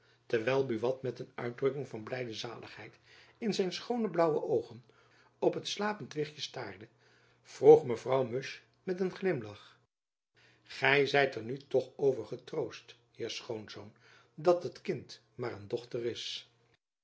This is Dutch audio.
terwijl buat met een uitdrukking van blijde zaligheid in zijn schoone blaauwe oogen op het slapend wichtjen jacob van lennep elizabeth musch staarde vroeg mevrouw musch met een glimlach gy zijt er nu toch over getroost heer schoonzoon dat het kind maar een dochter is